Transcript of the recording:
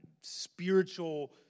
spiritual